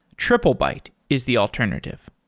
triplebyte is the alternative.